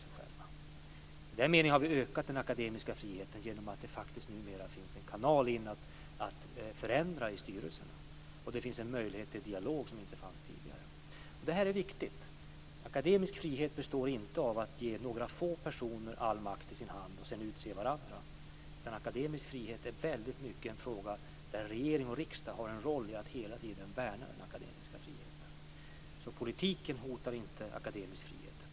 I den meningen har vi ökat den akademiska friheten genom att det numera faktiskt finns en kanal att förändra i styrelserna. Det finns en möjlighet till dialog som inte fanns tidigare. Detta är viktigt. Akademisk frihet består inte av att ge några få personer all makt i sin hand för att sedan utse varandra. Akademisk frihet är i mycket en fråga där regering och riksdag har en roll i att hela tiden värna den akademiska friheten. Politiken hotar inte akademisk frihet.